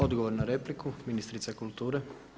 Odgovor na repliku ministrica kulture.